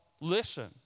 Listen